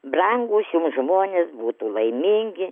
brangūs žmonės būtų laimingi